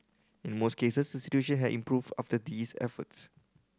in most cases situation had improved after these efforts